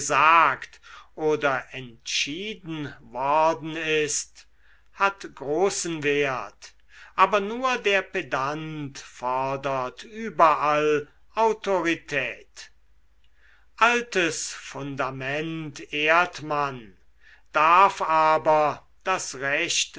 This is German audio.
oder entschieden worden sei hat großen wert aber nur der pedant fordert überall autorität altes fundament ehrt man darf aber das recht